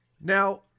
now